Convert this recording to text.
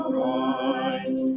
right